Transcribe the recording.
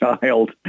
child